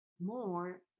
more